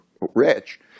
rich